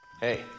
Hey